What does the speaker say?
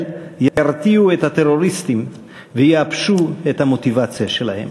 ירתיעו את הטרוריסטים וייבשו את המוטיבציה שלהם.